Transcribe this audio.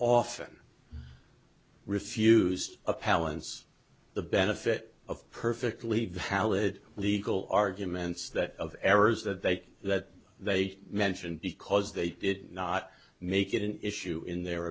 often refused a palance the benefit of perfectly valid legal arguments that of errors that they that they mention because they did not make it an issue in their